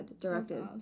directed